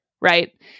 right